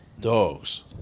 Dogs